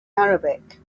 arabic